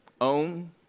own